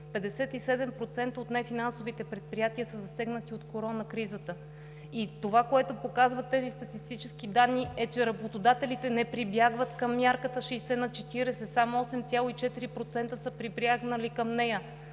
57% от нефинансовите предприятия са засегнати от коронакризата. Това, което показват тези статистически данни, е, че работодателите не прибягват към мярката 60/40, а само 8,4% са прибягнали към нея.